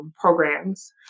programs